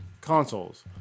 consoles